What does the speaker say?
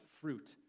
fruit